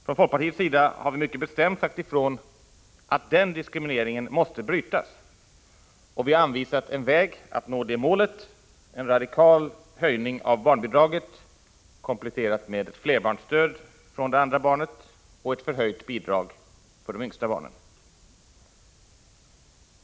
Från folkpartiets sida har vi mycket bestämt sagt ifrån att den diskrimineringen måste brytas, och vi har anvisat en väg för att nå det målet — en radikal höjning av barnbidraget, kompletterad med flerbarnsstöd från andra barnet och förhöjt bidrag för de yngsta barnen.